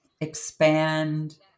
expand